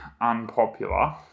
unpopular